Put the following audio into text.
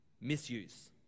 Misuse